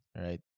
right